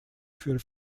für